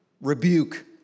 rebuke